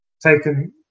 taken